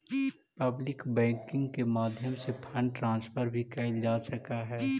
public banking के माध्यम से फंड ट्रांसफर भी कैल जा सकऽ हइ